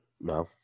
No